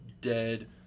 dead